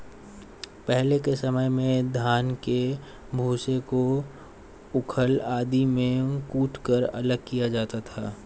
पहले के समय में धान के भूसे को ऊखल आदि में कूटकर अलग किया जाता था